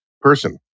person